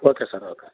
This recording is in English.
okay sir okay